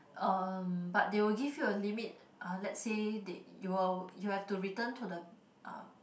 uh but they will give you a limit uh let's say they you'll you have to return to the uh